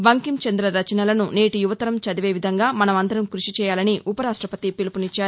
బంకించంద్ర రచనలను నేటి యువతరం చదివే విధంగా మనం అందరం కృషిచేయాలని ఉపరాష్టపతి పిలుపునిచ్ఛారు